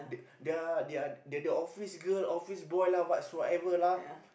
there there are the office girl office boy whatsoever lah